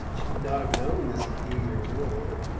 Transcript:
she would not have known this a few years earlier,